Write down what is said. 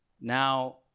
Now